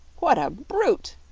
what a brute!